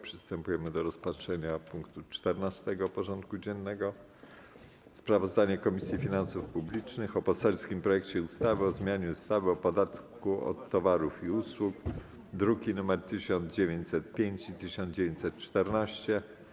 Przystępujemy do rozpatrzenia punktu 14. porządku dziennego: Sprawozdanie Komisji Finansów Publicznych o poselskim projekcie ustawy o zmianie ustawy o podatku od towarów i usług (druki nr 1905 i 1914)